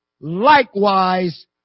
likewise